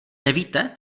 nevíte